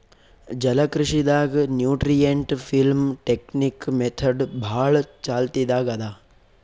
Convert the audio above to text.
ಜಲಕೃಷಿ ದಾಗ್ nutrient film technique method ಭಾಳ್ ಚಾಲ್ತಿದಾಗ್ ಅದಾ